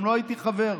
גם לא הייתי חבר.